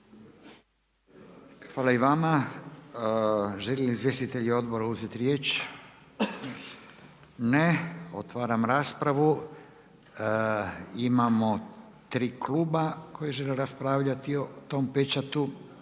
Hvala i vama. Žele li izvjestitelji odbora uzeti riječ? Ne. Otvaram raspravu. Imamo tri kluba koji žele raspravljati o tom pečatu